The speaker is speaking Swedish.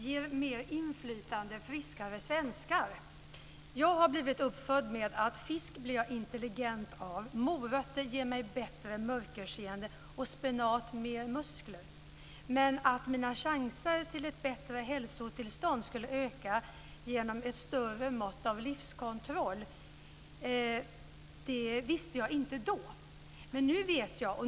Herr talman! Ger mer inflytande friskare svenskar? Jag har blivit uppfödd med att fisk blir jag intelligent av, morötter ger mig bättre mörkerseende och spenat mer muskler. Att mina chanser till ett bättre hälsotillstånd skulle öka genom ett större mått av livskontroll visste jag inte då, men nu vet jag.